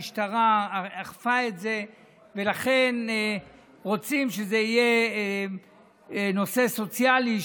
המשטרה אכפה את זה ולכן רוצים שזה יהיה נושא סוציאלי,